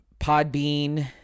Podbean